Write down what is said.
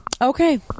Okay